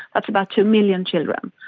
that's about two million children.